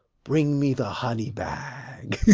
bring me the honey-bag.